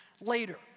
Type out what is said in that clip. later